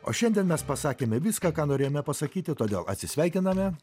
o šiandien mes pasakėme viską ką norėjome pasakyti todėl atsisveikiname